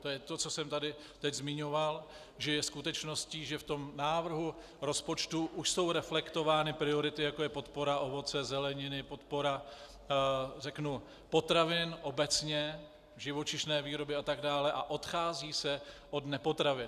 To je to, co jsem tu teď zmiňoval, že je skutečností, že v návrhu rozpočtu už jsou reflektovány priority, jako je podpora ovoce, zeleniny, podpora potravin obecně, živočišné výroby atd., a odchází se od nepotravin.